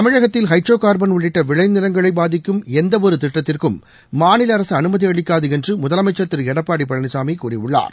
தமிழகத்தில் hydrocarbon உள்ளிட்ட விளைநிலங்களை பாதிக்கும் எந்தவொரு திட்டத்திற்கும் மாநில அரசு அனுமதி அளிக்காது என்று முதலமைச்சர் திரு எடப்பாடி பழனிசாமி கூறியுள்ளார்